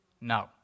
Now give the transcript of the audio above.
No